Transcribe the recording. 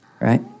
right